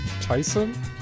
Tyson